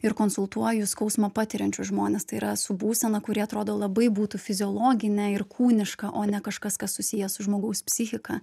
ir konsultuoju skausmą patiriančius žmones tai yra su būsena kuri atrodo labai būtų fiziologinė ir kūniška o ne kažkas kas susiję su žmogaus psichika